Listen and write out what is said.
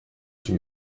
qu’il